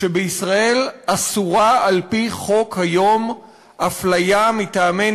שבישראל אסורה על-פי חוק היום אפליה מטעמי